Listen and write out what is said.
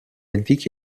antichi